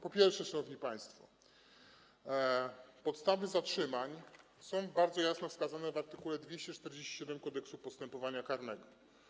Po pierwsze, szanowni państwo, podstawy zatrzymań są bardzo jasno wskazane w art. 247 Kodeksu postępowania karnego.